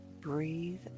Breathe